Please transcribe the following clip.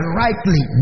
rightly